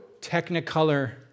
technicolor